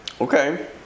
Okay